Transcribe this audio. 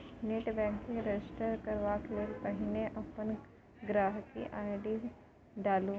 net banking register करबाक लेल पहिने अपन गांहिकी आइ.डी डालु